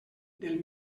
del